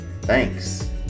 Thanks